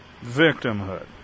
victimhood